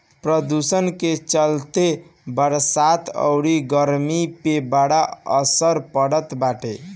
प्रदुषण के चलते बरसात अउरी गरमी पे बड़ा असर पड़ल बाटे